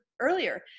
earlier